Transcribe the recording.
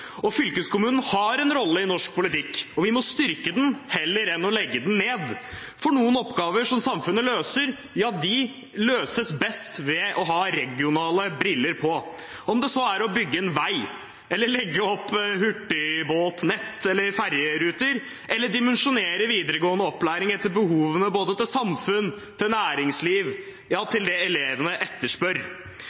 Fylkeskommunen har en rolle i norsk politikk, og vi må styrke den heller enn å legge den ned. Noen oppgaver som samfunnet løser, løses best ved å ha regionale briller på, om det så er å bygge en vei, legge opp hurtigbåtnett eller ferjeruter, eller dimensjonere videregående opplæring etter behovene til både samfunn, næringsliv og det elevene etterspør.